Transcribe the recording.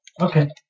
Okay